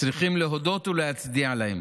צריכים להודות ולהצדיע להם.